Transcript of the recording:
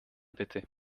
bitte